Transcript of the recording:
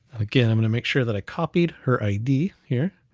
again, i'm gonna make sure that i copied her id here.